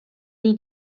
will